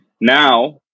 Now